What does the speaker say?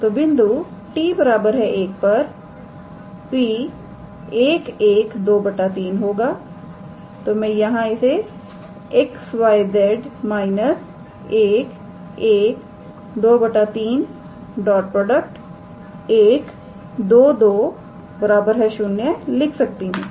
तो बिंदु 𝑡 1 पर बिंदु P 11 2 3 होगा तो मैं यहां इसे𝑋 𝑌 𝑍 − 11 2 3 122 0 लिख सकती हूं